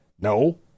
no